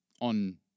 On